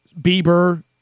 Bieber